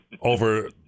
over